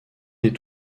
des